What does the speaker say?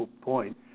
point